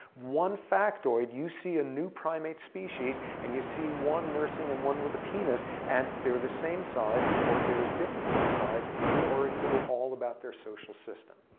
one factoid, you see a new primate species, and you see one nursing and one with a penis, and they're the same size or there's difference in the size, and you already know all about their social system.